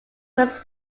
was